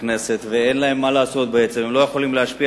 ואין להם מה לעשות, הם לא יכולים להשפיע.